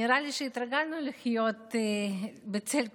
נראה לי שהתרגלנו לחיות בצל הקורונה,